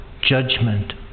judgment